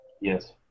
Yes